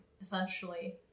essentially